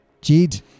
Jed